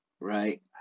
right